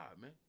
man